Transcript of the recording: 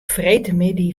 freedtemiddei